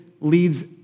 leads